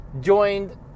joined